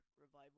Revival